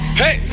Hey